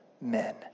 men